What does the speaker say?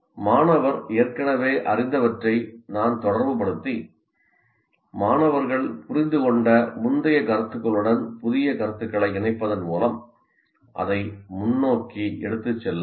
மாணவர் ஏற்கனவே அறிந்தவற்றை நான் தொடர்புபடுத்தி மாணவர்கள் புரிந்துகொண்ட முந்தைய கருத்துகளுடன் புதிய கருத்துக்களை இணைப்பதன் மூலம் அதை முன்னோக்கி எடுத்துச் செல்ல முடியும்